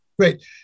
Great